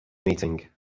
meeting